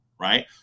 Right